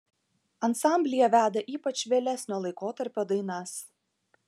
ansamblyje veda ypač vėlesnio laikotarpio dainas